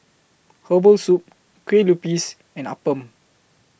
Herbal Soup Kueh Lupis and Appam